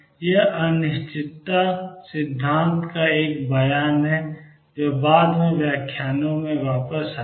यह अनिश्चितता सिद्धांत का एक बयान है जो बाद के व्याख्यानों में वापस आएगा